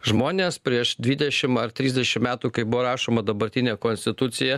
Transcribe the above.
žmones prieš dvidešimt ar trisdešimt metų kai buvo rašoma dabartinė konstitucija